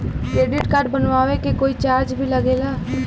Credit card बनवावे के कोई चार्ज भी लागेला?